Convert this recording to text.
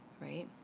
Right